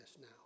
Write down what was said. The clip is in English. now